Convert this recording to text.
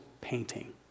painting